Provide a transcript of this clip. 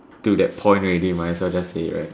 to that point already might as well just say it right